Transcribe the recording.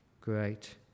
great